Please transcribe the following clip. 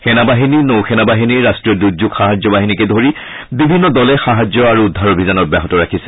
সেনাবাহিনী নৌ সেনা বাহিনী ৰাষ্ট্ৰীয় দুৰ্যোগ সাহায্য বাহিনীকে ধৰি বিভিন্ন দলে সাহায্য আৰু উদ্ধাৰ অভিযান অব্যাহত ৰাখিছে